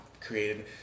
created